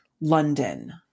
London